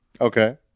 Okay